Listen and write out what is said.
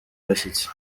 abashyitsi